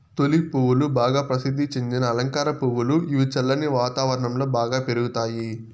tulip పువ్వులు బాగా ప్రసిద్ది చెందిన అలంకార పువ్వులు, ఇవి చల్లని వాతావరణం లో బాగా పెరుగుతాయి